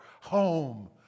home